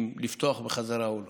אם לפתוח בחזרה או לא.